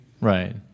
Right